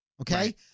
Okay